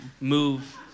move